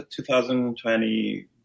2020